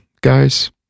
guys